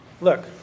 Look